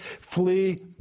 flee